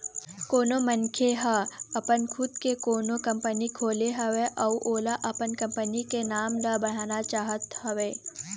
कोनो मनखे ह अपन खुद के कोनो कंपनी खोले हवय अउ ओहा अपन कंपनी के काम ल बढ़ाना चाहत हवय